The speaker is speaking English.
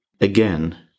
again